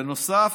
בנוסף,